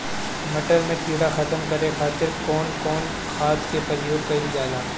मटर में कीड़ा खत्म करे खातीर कउन कउन खाद के प्रयोग कईल जाला?